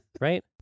Right